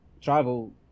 travel